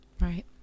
Right